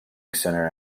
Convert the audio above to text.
center